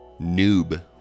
Noob